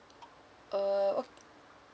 err O